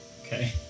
Okay